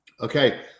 okay